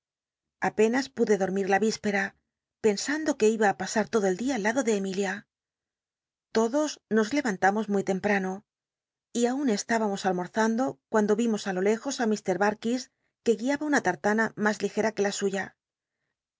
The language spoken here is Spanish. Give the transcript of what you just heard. apenas pude dormir la yispera pensando que iba á pasar todo el clia al lado de emilia todos nos lerantamos muy temprano y aun estábamos almorzamlo cuando vimos i lo lejos á lir darkis que guiaba una lal'lana mas ligela que la suya